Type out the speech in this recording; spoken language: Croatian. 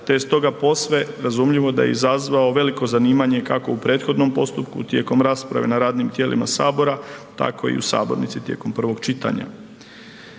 Te je stoga posve razumljivo da je izazvao veliko zanimanje kako u prethodnom postupku tijekom rasprave na radnim tijelima Sabora tako i u sabornici tijekom prvog čitanja.